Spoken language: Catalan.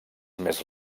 més